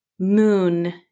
moon